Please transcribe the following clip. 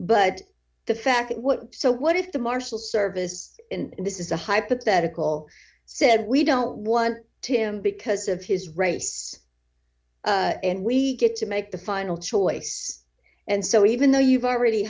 but the fact what so what if the marshal service this is a hypothetical said we don't want to him because of his race and we get to make the final choice and so even though you've already